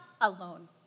alone